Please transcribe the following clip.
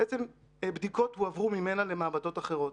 בעצם הבדיקות הועברו ממנה למעבדות אחרות.